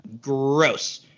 Gross